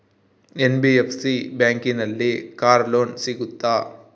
NBFC ಬ್ಯಾಂಕಿನಲ್ಲಿ car loan ಸಿಗುತ್ತಾ?